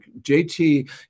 JT